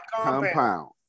compound